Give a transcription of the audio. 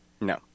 No